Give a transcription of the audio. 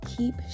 Keep